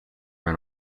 ran